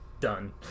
Done